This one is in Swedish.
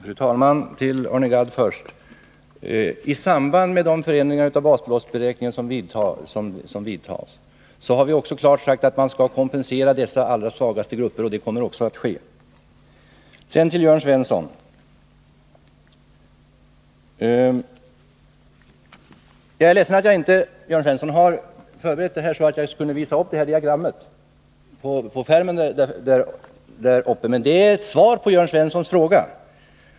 Fru talman! Först till Arne Gadd: Vi har klart sagt att de allra svagaste grupperna skall kompenseras i samband med de förändringar som görs i basbeloppsberäkningen. Det kommer också att ske. Sedan till Jörn Svensson: Jag är ledsen att jag inte har förberett mig så, att jag på skärmen kan visa detta diagram. Det utgör nämligen ett svar på Jörn Svenssons fråga.